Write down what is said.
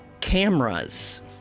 cameras